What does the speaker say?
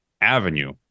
avenue